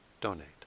donate